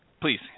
Please